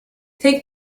take